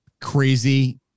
crazy